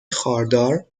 خاردار